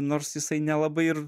nors jisai nelabai ir